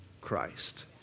Christ